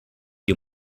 you